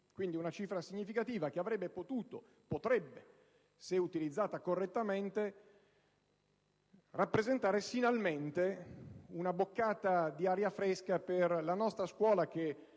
quindi di una cifra significativa, che avrebbe potuto e potrebbe, se utilizzata correttamente, rappresentare finalmente una boccata d'aria fresca per la nostra scuola, che